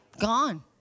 Gone